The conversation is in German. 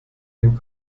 den